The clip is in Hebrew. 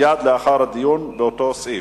מייד לאחר הדיון באותו סעיף".